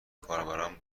کاربران